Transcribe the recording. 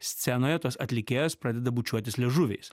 scenoje tos atlikėjos pradeda bučiuotis liežuviais